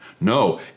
No